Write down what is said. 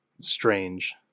strange